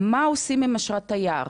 מה עושים עם אשרת תייר?